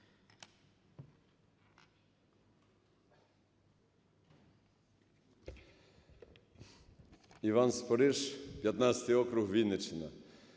Іван Спориш, 15 округ, Вінниччина.